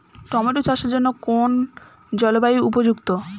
Tomato চাষের জন্য কোন জলবায়ু উপযুক্ত?